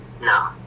No